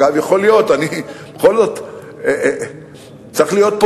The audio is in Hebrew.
יכול להיות, בכל זאת צריך להיות פה